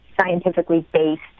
scientifically-based